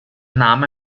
name